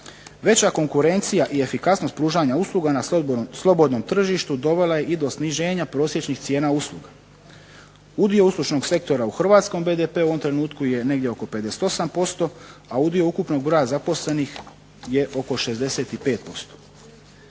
Veća konkurencija i efikasnost pružanja usluga na slobodnom tržištu dovela je i do sniženja prosječnih cijena usluga. Udio uslužnog sektora u hrvatskom BDP-u u ovom trenutku je negdje oko 58%, a udio ukupnog broja zaposlenih je oko 65%.